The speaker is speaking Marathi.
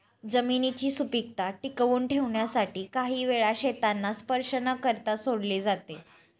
जमिनीची सुपीकता टिकवून ठेवण्यासाठी काही वेळा शेतांना स्पर्श न करता सोडले जाते